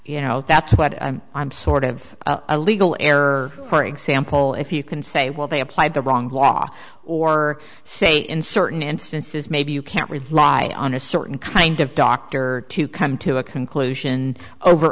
you know that's what i'm i'm sort of a legal error for example if you can say well they apply the wrong law or say in certain instances maybe you can't rely on a certain kind of doctor to come to a conclusion over